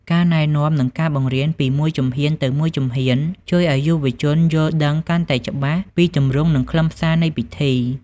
ការណែនាំ និងការបង្រៀនពីមួយជំហានទៅមួយជំហាន ជួយឱ្យយុវជនយល់ដឹងកាន់តែច្បាស់ពីទម្រង់ និងខ្លឹមសារនៃពិធី។